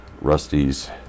Rusty's